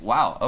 Wow